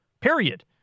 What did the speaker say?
period